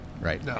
right